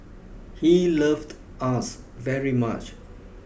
he loved us very much